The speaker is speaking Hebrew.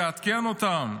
יעדכן אותן,